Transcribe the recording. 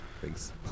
Thanks